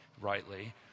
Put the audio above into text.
rightly